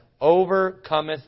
overcometh